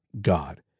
God